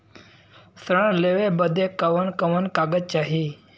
ऋण लेवे बदे कवन कवन कागज चाही?